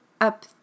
up